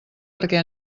perquè